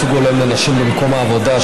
ייצוג הולם לנשים במקום העבודה),